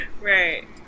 Right